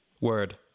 Word